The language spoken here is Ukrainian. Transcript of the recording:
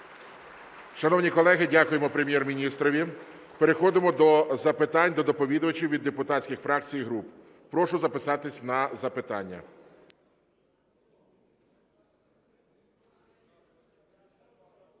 Шановні колеги, дякуємо Прем'єр-міністрові. Переходимо до запитань до доповідачів від депутатських фракцій і груп. Прошу записатися на запитання.